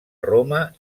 roma